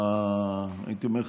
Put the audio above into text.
הייתי אומר,